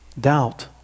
doubt